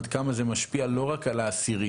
ראינו עד כמה זה משפיע לא רק על האסירים